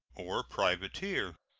or privateer.